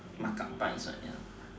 marked up price ya